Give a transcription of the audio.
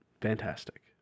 fantastic